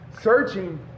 searching